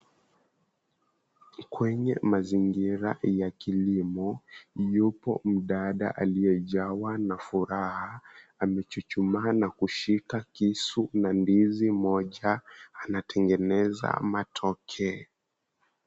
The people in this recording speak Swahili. Kwenye mazingira ya kilimo yupo mdada aliyejawa na furaha amechuchumaa na kushika kisu na ndizi moja anatengeneza matoke.